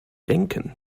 denken